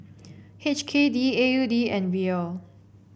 H K D A U D and Riel